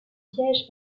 piège